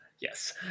Yes